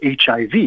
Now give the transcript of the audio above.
HIV